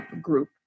group